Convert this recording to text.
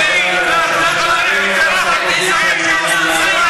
אתה צריך לפתוח, הם פתוחים.